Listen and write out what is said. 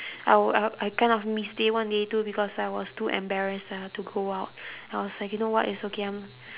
I w~ I I kind of missed day one day two because I was too embarrassed ah to go out I was like you know what it's okay I'm